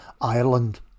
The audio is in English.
Ireland